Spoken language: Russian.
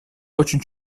очень